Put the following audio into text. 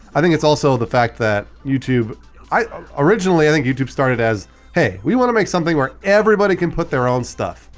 i think it's also the fact that youtube i originally i think youtube started as hey we want to make something where everybody can put their own stuff.